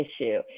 issue